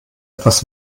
etwas